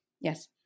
yes